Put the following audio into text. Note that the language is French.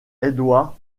edward